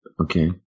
okay